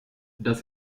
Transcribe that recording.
das